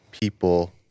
people